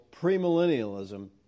premillennialism